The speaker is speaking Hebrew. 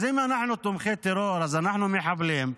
אז אם אנחנו תומכי טרור, אז אנחנו מחבלים,